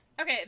Okay